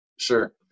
Sure